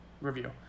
review